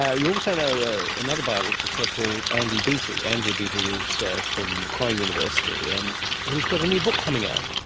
yeah you also know another biologist here called andy beattie, andrew beattie who is so from macquarie university, and he's got a new book coming out.